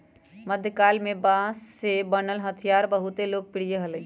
मध्यकाल में बांस से बनल हथियार बहुत लोकप्रिय हलय